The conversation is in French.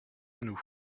genoux